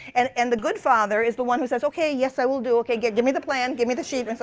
and and the good father is the one who says, ok, yes, i will do. ok, give give me the plan, give me the sheet, and so